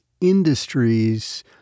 industries